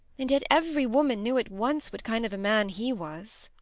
and yet every woman knew at once what kind of a man he was.